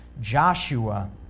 Joshua